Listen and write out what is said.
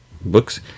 books